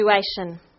situation